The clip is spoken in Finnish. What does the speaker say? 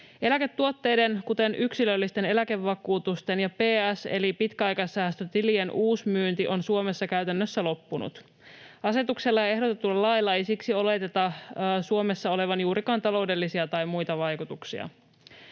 Eläketuotteiden, kuten yksilöllisten eläkevakuutusten ja PS‑ eli pitkäaikaissäästötilien, uusmyynti on Suomessa käytännössä loppunut. Asetuksella ja ehdotetulla lailla ei siksi oleteta Suomessa olevan juurikaan taloudellisia tai muita vaikutuksia.